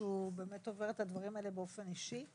שעובר את הדברים האלה באופן אישי.